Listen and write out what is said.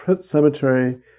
cemetery